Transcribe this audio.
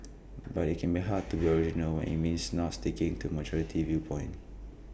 but IT can be hard to be original when IT means not sticking to majority viewpoint